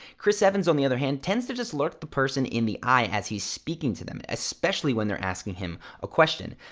chris evans on the other hand tends to just look the person in the eye as he's speaking to them, especially when they're asking him a question.